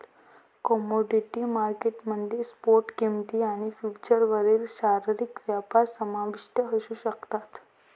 commodity market मध्ये spot किंमती आणि फ्युचर्सवरील शारीरिक व्यापार समाविष्ट असू शकतात